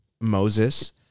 Moses